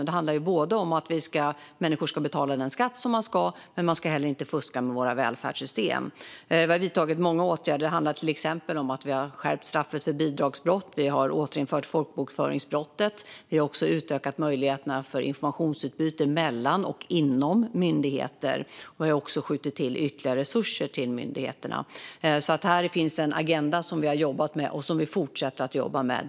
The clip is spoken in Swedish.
Det handlar både om att människor ska betala den skatt de är skyldiga att betala och att man inte ska fuska med våra välfärdssystem. Vi har vidtagit många åtgärder. Vi har till exempel skärpt straffet för bidragsbrott och återinfört folkbokföringsbrottet. Vi har också utökat möjligheterna till informationsutbyte mellan och inom myndigheter, och vi har skjutit till ytterligare resurser till myndigheterna. Här finns alltså en agenda som vi har jobbat med och som vi fortsätter att jobba med.